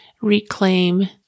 reclaim